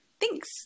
Thanks